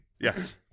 Yes